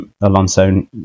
Alonso